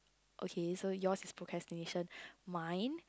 okay so yours is procrastination mine